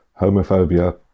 homophobia